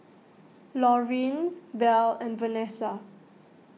Laureen Bell and Vanesa